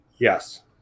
Yes